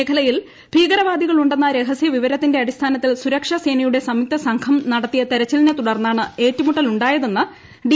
മേഖലയിൽ ഭീകരവാദികളുണ്ടെന്ന രഹസ്യ വിവരത്തിന്റെ അടിസ്ഥാനത്തിൽ സുരക്ഷാ സേനയുടെ സംയുക്ത സംഘം നടത്തിയ തെരച്ചിലിനെ തുടർന്നാണ് ഏറ്റുമുട്ടലുണ്ടായതെന്ന് ഡി